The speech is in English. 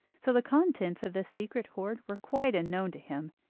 so the contents of this secret hoard were quite unknown to him,